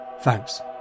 Thanks